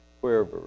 wherever